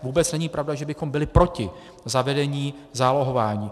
Vůbec není pravda, že bychom byli proti zavedení zálohování.